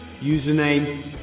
Username